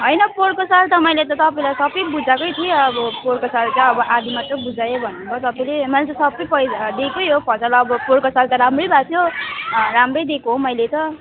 होइन पोहोरको साल त मैले त तपाईँलाई सबै बुझाएकै थिएँ अब पोहोरको साल त अब आधी मात्र बुझाएँ भन्नुभयो तपाईँले मैले त सबै पैसा दिएकै हो फसल अब पोहोरको साल त राम्रै भएको थियो राम्रै दिएको हो मैले त